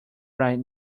right